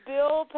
Bill